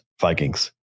Vikings